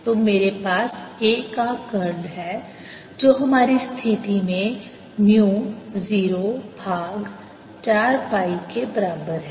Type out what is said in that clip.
तो मेरे पास A का कर्ल है जो हमारी स्थिति में म्यू 0 भाग 4 पाई के बराबर है